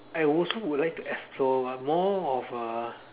I would also would like to explore more of a